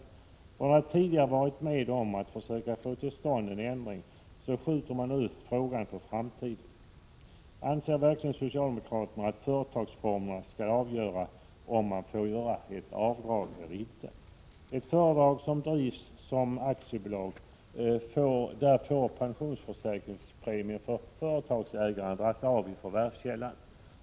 Efter att tidigare ha varit med om att försöka få till stånd en ändring skjuter man nu frågan på framtiden. Anser verkligen socialdemokraterna att företagsformen skall avgöra om man skall få göra ett avdrag eller inte? I ett företag som drivs som aktiebolag får pensionsförsäkringspremie för företagsägaren dras av i förvärvskällan.